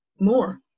more